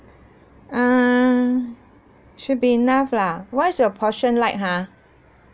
um should be enough lah what's your portion like ha